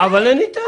אדוני היושב-ראש,